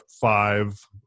five